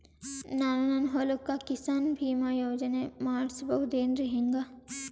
ನಾನು ನನ್ನ ಹೊಲಕ್ಕ ಕಿಸಾನ್ ಬೀಮಾ ಯೋಜನೆ ಮಾಡಸ ಬಹುದೇನರಿ ಹೆಂಗ?